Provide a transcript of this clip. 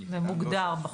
זה מוגדר בחוק.